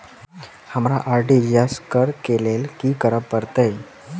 हमरा आर.टी.जी.एस करऽ केँ लेल की करऽ पड़तै?